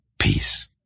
Peace